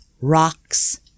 rocks